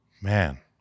man